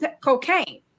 cocaine